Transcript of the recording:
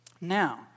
Now